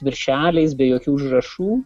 viršeliais be jokių užrašų